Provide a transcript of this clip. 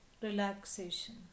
relaxation